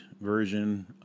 version